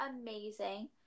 amazing